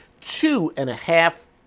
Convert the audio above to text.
two-and-a-half